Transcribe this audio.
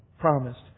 promised